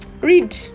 Read